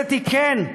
הנחרצת היא: כן.